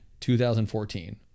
2014